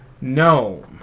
No